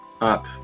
up